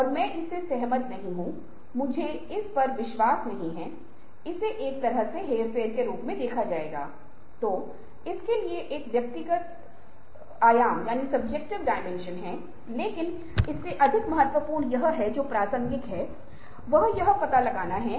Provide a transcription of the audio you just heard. और इसी तरह से जब सामान्य व्यक्ति को इस तरह की सभी स्थितियों में व्यक्तिगत दबाव होत है तो वह असहाय चिंता और तनाव को महसूस करेंगे